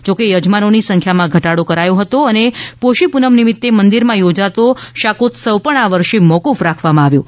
જો કે યજમાનોની સંખ્યામાં ઘટાડો કરાયો હતો અને પોષી પૂનમ નિમિત્તે મંદિરમાં યોજાતો શાકોત્સવ પણ આ વર્ષે મોફ્રફ રાખવામાં આવ્યા હતા